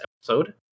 episode